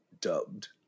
dubbed